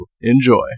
Enjoy